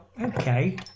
okay